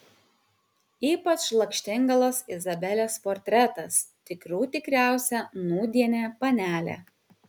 ypač lakštingalos izabelės portretas tikrų tikriausia nūdienė panelė